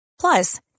Plus